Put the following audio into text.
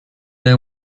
they